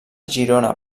girona